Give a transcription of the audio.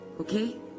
Okay